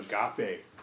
agape